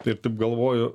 taip taip galvoju